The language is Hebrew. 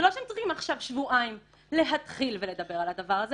זה לא שהם צריכים עכשיו שבועיים להתחיל ולדבר על הדבר הזה,